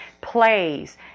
plays